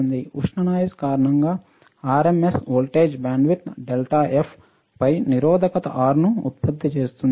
ఉష్ణ నాయిస్ కారణంగా R M S voltage bandwidth delta పై నిరోధక R ను ఉత్పత్తి చేస్తుంది